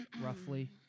roughly